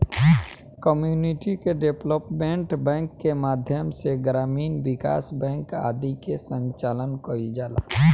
community development bank के माध्यम से ग्रामीण विकास बैंक आदि के संचालन कईल जाला